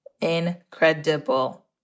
Incredible